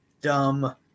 dumb